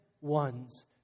ones